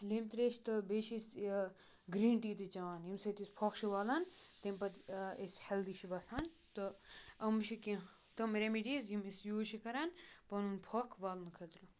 لیٚمبۍ ترٛیش تہٕ بیٚیہِ چھِ أسۍ یہِ گرٛیٖن ٹی تہِ چٮ۪وان ییٚمہِ سۭتۍ یُس پھۄکھ چھُ والان تیٚمہِ پَتہٕ أسۍ ہٮ۪لدی چھِ باسان تہٕ یِم چھِ کینٛہہ تِم رٮ۪مِڈیٖز یِم أسۍ یوٗز چھِ کَران پَنُن پھۄکھ والنہٕ خٲطرٕ